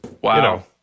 wow